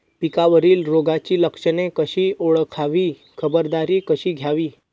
पिकावरील रोगाची लक्षणे कशी ओळखावी, खबरदारी कशी घ्यावी?